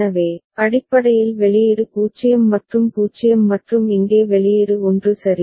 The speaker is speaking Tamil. எனவே அடிப்படையில் வெளியீடு 0 மற்றும் 0 மற்றும் இங்கே வெளியீடு 1 சரி